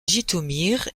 jytomyr